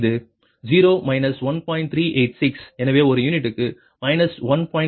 386 எனவே ஒரு யூனிட்க்கு 1